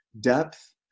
depth